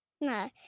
No